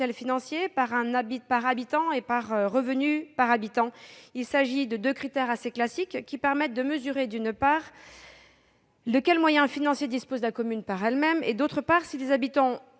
financier par habitant et du revenu par habitant. Ces deux critères assez classiques permettent de mesurer, d'une part, les moyens financiers dont dispose la commune par elle-même et, d'autre part, si ses habitants ont